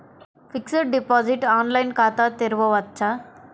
Fixed deposit online ఖాతా తెరువవచ్చా?